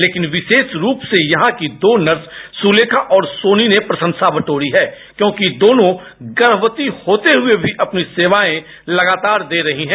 लेकिन विशेष रुप से यहां की दो नर्स सुलेखा और सोनी ने प्रशंसा बटोरी है क्योंकि दोनों गर्भवती होते हुए भी अपनी सेवाएं दे रही हैं